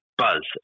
buzz